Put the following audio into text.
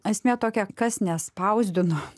esmė tokia kas nespausdino